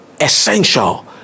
essential